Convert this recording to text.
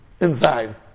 inside